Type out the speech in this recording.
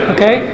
Okay